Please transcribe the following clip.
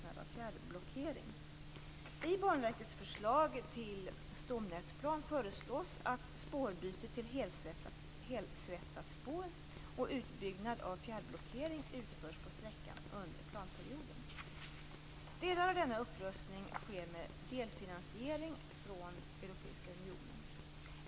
Standarden på Banverkets förslag till stomnätsplan föreslås att spårbyte till helsvetsat spår och utbyggnad av fjärrblockering utförs på sträckan under planperioden. Delar av denna upprustning sker med delfinansiering från Europeiska unionen.